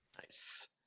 Nice